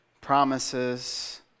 promises